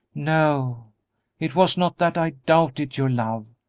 no it was not that i doubted your love,